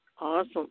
Awesome